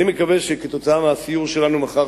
אני מקווה שכתוצאה מהסיור שלנו מחר,